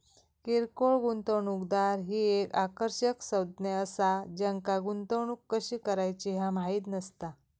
किरकोळ गुंतवणूकदार ही एक आकर्षक संज्ञा असा ज्यांका गुंतवणूक कशी करायची ह्या माहित नसता